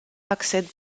accèdent